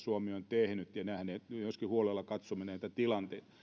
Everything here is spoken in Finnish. suomi on tehnyt ja myöskin huolella katsomme näitä tilanteita